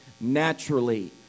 naturally